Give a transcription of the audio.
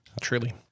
truly